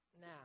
now